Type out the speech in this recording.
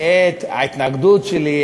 את ההתנגדות שלי,